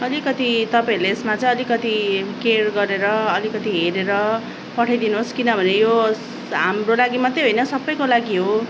अलिकति तपाईँहरूले यसमा चाहिँ अलिकति केयर गरेर अलिकति हेरेर पठाइदिनुहोस् किनभने यो हाम्रो लागि मात्रै होइन सबैको लागि हो